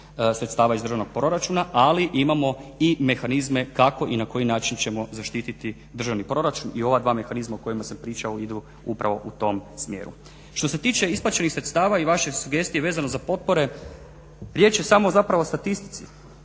sredstava iz državnog proračuna ali imamo i mehanizme kako i na koji način ćemo zaštititi državni proračun i ova dva mehanizma o kojima sam pričao idu upravo u tom smjeru. Što se tiče isplaćenih sredstava i vaše sugestije vezano za potpore riječ je samo zapravo o statistici.